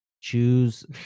Choose